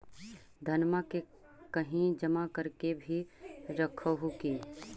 धनमा के कहिं जमा कर के भी रख हू की?